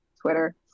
Twitter